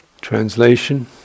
translation